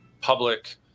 public